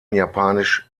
japanisch